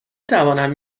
توانم